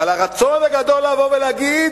אבל הרצון הגדול לבוא ולהגיד: